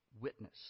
witness